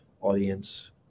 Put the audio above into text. audience